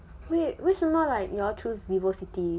wait 为什么 like you all choose vivocity